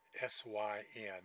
S-Y-N